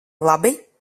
labi